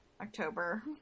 October